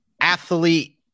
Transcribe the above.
athlete